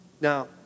Now